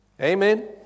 Amen